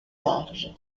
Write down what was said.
large